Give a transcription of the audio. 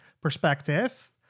perspective